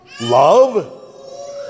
love